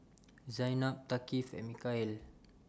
Zaynab Thaqif and Mikhail